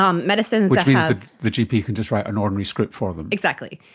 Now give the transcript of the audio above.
um but so means the gp can just write an ordinary script for them. exactly.